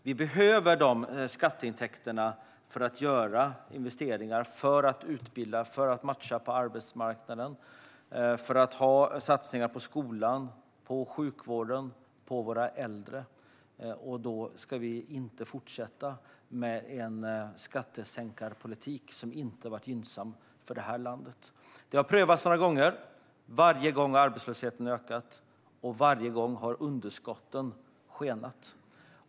Vi behöver dessa skatteintäkter för att utbilda och matcha på arbetsmarknaden och för att satsa på skola, sjukvård och äldreomsorg. Då kan vi inte fortsätta med en skattesänkarpolitik som inte har varit gynnsam för landet. Den har prövats några gånger, och varje gång har arbetslösheten ökat och underskotten skenat.